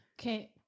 Okay